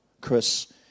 Chris